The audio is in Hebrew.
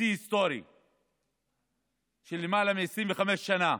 לשיא היסטורי של למעלה מ-25 שנה